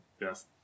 Yes